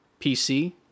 pc